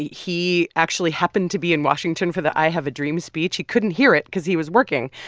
he he actually happened to be in washington for the i have a dream speech. he couldn't hear it cause he was working.